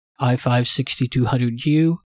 i5-6200U